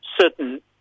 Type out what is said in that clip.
certain